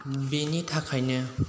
बेनि थाखायनो